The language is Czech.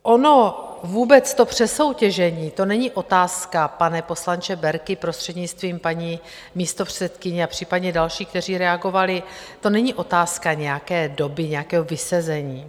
Ono vůbec to přesoutěžení, to není otázka pane poslanče Berki, prostřednictvím paní místopředsedkyně, a případně další, kteří reagovali to není otázka nějaké doby, nějakého vysezení.